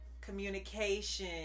communication